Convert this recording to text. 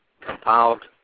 compiled